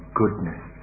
goodness